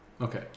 Okay